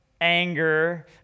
anger